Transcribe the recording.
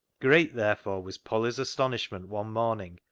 great, therefore, was polly's astonishment one morning,